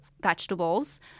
vegetables